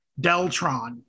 Deltron